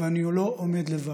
ואני לא עומד לבד.